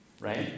right